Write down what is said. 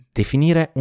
definire